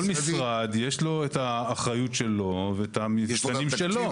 כל משרד, יש לו את האחריות שלו ואת המתקנים שלו.